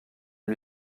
une